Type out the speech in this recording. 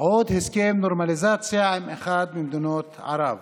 על עוד הסכם נורמליזציה עם אחת ממדינות ערב.